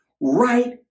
right